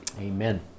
Amen